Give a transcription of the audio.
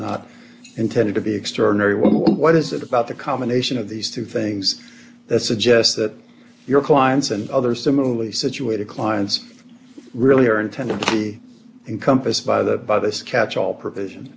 not intended to be extraordinary well what is it about the combination of these two things that suggests that your clients and other similarly situated clients really are intended to be encompassed by the by this catch all provision